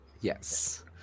Yes